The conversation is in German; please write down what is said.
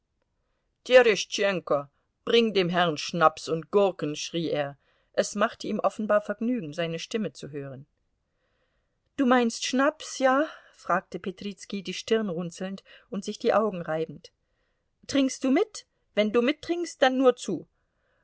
tereschtschenko bring dem herrn schnaps und gurken schrie er es machte ihm offenbar vergnügen seine stimme zu hören du meinst schnaps ja fragte petrizki die stirn runzelnd und sich die augen reibend trinkst du mit wenn du mittrinkst dann nur zu